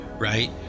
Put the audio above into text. Right